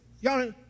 y'all